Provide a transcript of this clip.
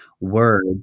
word